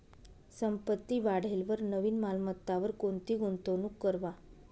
संपत्ती वाढेलवर नवीन मालमत्तावर कोणती गुंतवणूक करवा